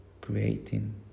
creating